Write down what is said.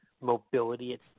mobility